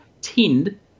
tinned